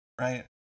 right